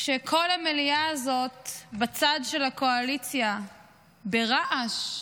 כשכל המליאה הזאת בצד של הקואליציה ברעש,